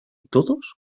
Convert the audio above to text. todos